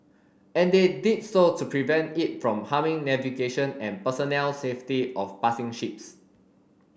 and they did so to prevent it from harming navigation and personnel safety of passing ships